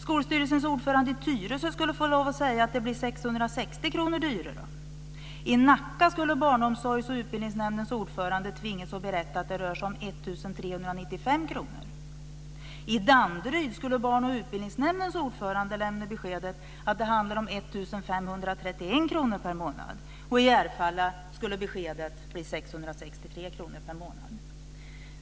Skolstyrelsens ordförande i Tyresö skulle få lov att säga att det blir 660 kr dyrare. I Nacka skulle barnomsorgs och utbildningsnämndens ordförande tvingas berätta att det rör sig om 1 395 kr. I Danderyd skulle barn och utbildningsnämndens ordförande lämna beskedet att det handlar om 1 531 kr per månad. I Järfälla skulle beskedet bli 663 kr per månad.